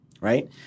right